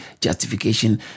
justification